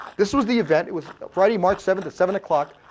this was the event, it was friday, march seventh at seven o'clock.